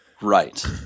Right